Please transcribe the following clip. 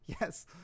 Yes